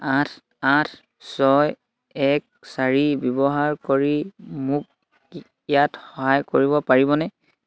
আঠ আঠ ছয় এক চাৰি ব্যৱহাৰ কৰি মোক ইয়াত সহায় কৰিব পাৰিবনে